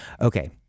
Okay